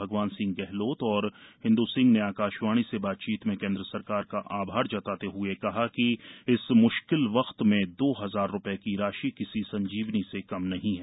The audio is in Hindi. भगवान सिंह गहलोत और हिन्दू सिंह ने आकाशवाणी से बातचीत में केंद्र सरकार का आभार जताते हुए कहा कि इस मुश्किल वक्त में दो हजार रूपये की राशि किसी संजीवनी से कम नहीं हैं